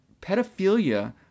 pedophilia